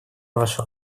вошла